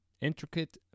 intricate